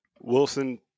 Wilson